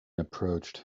approached